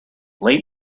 late